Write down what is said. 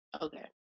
Okay